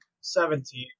Seventeen